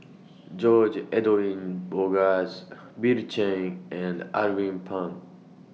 George Edwin Bogaars Bill Chen and Alvin Pang